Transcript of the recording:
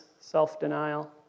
self-denial